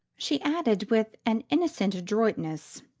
she added with an innocent adroitness,